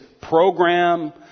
program